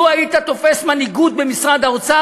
לו היית תופס מנהיגות במשרד האוצר,